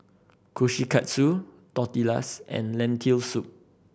Kushikatsu Tortillas and Lentil Soup